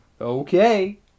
Okay